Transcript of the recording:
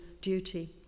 duty